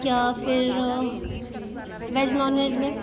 या फिर veg non veg में